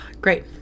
Great